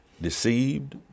deceived